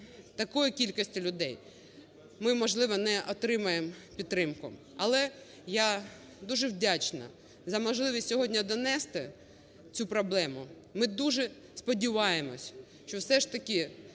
такою кількістю людей ми, можливо, не отримаємо підтримку. Але я дуже вдячна за можливість сьогодні донести цю проблему. Ми дуже сподіваємось, що все ж таки